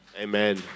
Amen